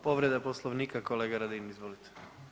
Povreda Poslovnika kolega Radin izvolite.